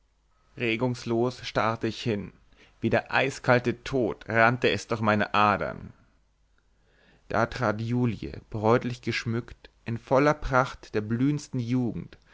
regungslos starrte ich hin wie der eiskalte tod rannte es durch meine adern da trat julie bräutlich geschmückt in voller pracht der blühendsten jugend